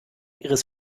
ihres